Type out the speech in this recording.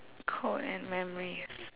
code and memories